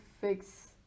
fix